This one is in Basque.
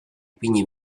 ipini